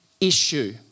issue